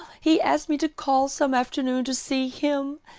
he asked me to call some afternoon to see him.